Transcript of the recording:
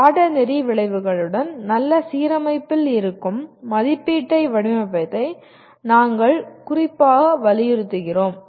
பாடநெறி விளைவுகளுடன் நல்ல சீரமைப்பில் இருக்கும் மதிப்பீட்டை வடிவமைப்பதை நாங்கள் குறிப்பாக வலியுறுத்துகிறோம்